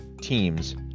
teams